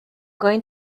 going